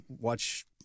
watch –